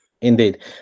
Indeed